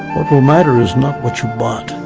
will matter is not what you bought,